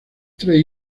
tres